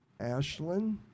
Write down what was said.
Ashlyn